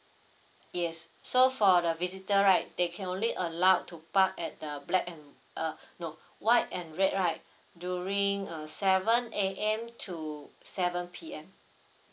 yes so for the visitor right they can only allowed to park at the black and uh no white and red right during uh seven A_M to seven P_M